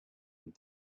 and